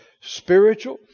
Spiritual